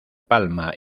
palma